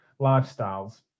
lifestyles